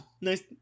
Nice